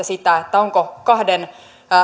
sitä onko kahden